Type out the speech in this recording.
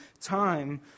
time